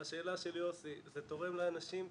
השאלה של יוסי, זה תורם לאנשים?